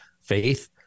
faith